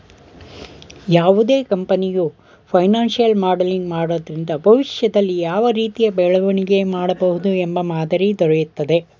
ಯಾವುದೇ ಕಂಪನಿಯು financial modelling ಮಾಡೋದ್ರಿಂದ ಭವಿಷ್ಯದಲ್ಲಿ ಯಾವ ರೀತಿಯ ಬೆಳವಣಿಗೆ ಮಾಡಬಹುದು ಎಂಬ ಮಾದರಿ ದೊರೆಯುತ್ತದೆ